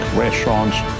restaurants